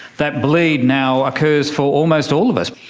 that bleed now occurs for almost all of us.